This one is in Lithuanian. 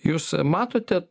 jūs matote